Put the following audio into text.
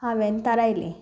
हांवें थारायलें